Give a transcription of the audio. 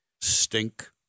Stink